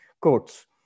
quotes